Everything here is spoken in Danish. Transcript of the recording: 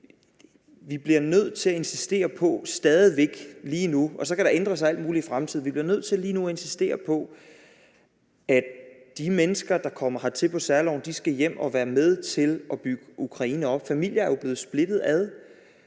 – bliver nødt til at insistere på, at de mennesker, der kommer hertil på særloven, skal hjem og være med til at bygge Ukraine op. Familier er jo blevet splittet ad.